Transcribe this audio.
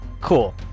Cool